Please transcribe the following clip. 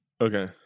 Okay